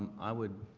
i would